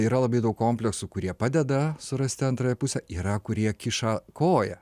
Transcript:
yra labai daug kompresų kurie padeda surasti antrąją pusę yra kurie kiša koją